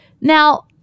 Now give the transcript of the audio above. Now